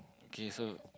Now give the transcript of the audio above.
okay so